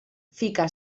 fica